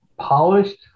polished